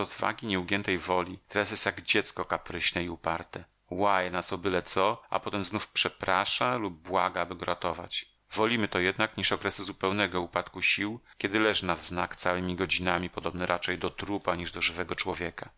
rozwagi i nieugiętej woli teraz jest jak dziecko kapryśne i uparte łaje nas o byle co a potem znów przeprasza lub błaga aby go ratować wolimy to jednak niż okresy zupełnego upadku sił kiedy leży na wznak całemi godzinami podobny raczej do trupa niż do żywego człowieka